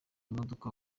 imodoka